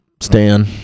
Stan